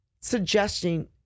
suggesting